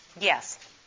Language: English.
Yes